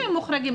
שהם מוחרגים,